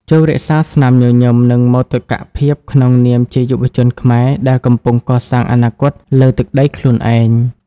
ចូររក្សាស្នាមញញឹម និងមោទកភាពក្នុងនាមជាយុវជនខ្មែរដែលកំពុងកសាងអនាគតលើទឹកដីខ្លួនឯង។